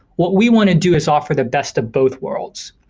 what we want to do is offer the best of both worlds.